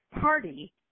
party